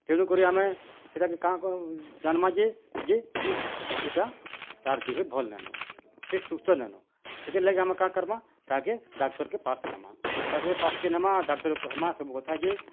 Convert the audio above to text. ତେଣୁକରି ଆମେ ସେଟାକେ କାଁ କ ଜାନ୍ମା ଯେ ଯେ ଇସ୍ ପଶୁଟା ତା'ର ଦିହେ ଭଲ ନାଇଁନ ସେ ସୁସ୍ଥ ନାଇଁନ ସେଥିର୍ ଲାଗି ଆମେ କାଁ କର୍ମା ତାହାକେ ଡାକ୍ତର୍କେ ପାସ୍ ନେମା ଡାକ୍ତର୍କେ ପାସ୍ କେ ନେମା ଡାକ୍ତର୍ କହେମା ସବୁକଥା ଯେ